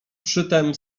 przytem